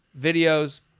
videos